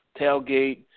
tailgate